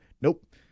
Nope